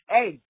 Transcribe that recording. Hey